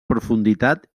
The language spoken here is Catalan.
profunditat